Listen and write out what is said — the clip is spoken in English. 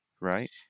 Right